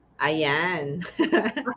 Ayan